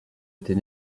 était